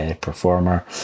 performer